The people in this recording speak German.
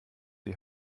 die